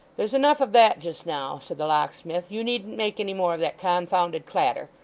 there's enough of that just now said the locksmith. you needn't make any more of that confounded clatter.